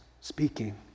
speaking